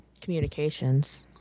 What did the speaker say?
communications